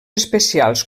especials